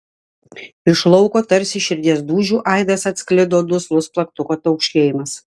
iš lauko tarsi širdies dūžių aidas atsklido duslus plaktuko taukšėjimas